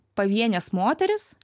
pavienes moteris